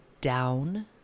down